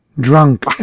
Drunk